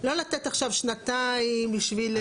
לא לתת עכשיו שנתיים בשביל היערכויות.